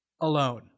alone